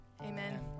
amen